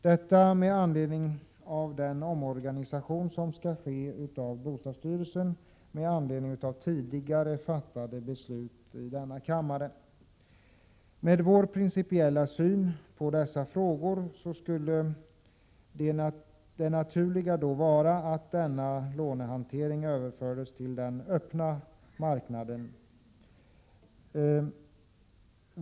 Detta skall ske med anledning av den omorganisation som skall göras av bostadsstyrelsen enligt tidigare fattade beslut i denna kammare. Med vår principiella syn på dessa frågor skulle det naturliga då vara att denna lånehantering överfördes till den öppna marknaden.